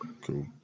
Cool